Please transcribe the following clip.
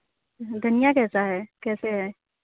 धनिया कैसा है कैसे है